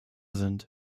sind